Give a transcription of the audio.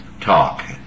talk